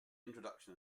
introduction